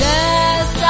Yes